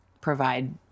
provide